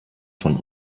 von